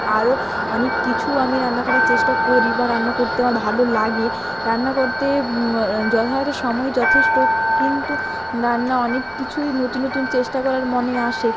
আরও অনেক কিছু আমি রান্না করার চেষ্টা করি বা রান্না করতে আমার ভালো লাগে রান্না করতে যথাযথ সময় যথেষ্ট কিন্তু রান্না অনেক কিছুই নতুন নতুন চেষ্টা করার মনে আসে